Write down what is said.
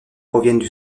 proviennent